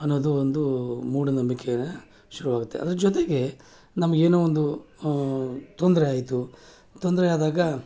ಅನ್ನೋದು ಒಂದು ಮೂಢನಂಬಿಕೆ ಇದೆ ಶುರುವಾಗುತ್ತೆ ಅದ್ರ ಜೊತೆಗೆ ನಮ್ಗೆ ಏನೋ ಒಂದು ತೊಂದರೆ ಆಯಿತು ತೊಂದರೆ ಆದಾಗ